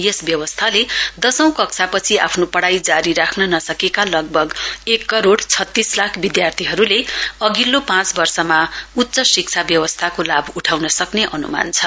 यस व्यवस्थाले दशौं कक्षापछि आफ्नो पढाई जारी राख्न नसकेका लगभग एक करोड छत्तीस लाख विद्यार्थीहरूले अघिल्लो पाँच वर्षमा उच्च शिक्षा व्यवस्थाको लाभ उठाउन सक्ने अनुमान छ